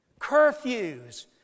curfews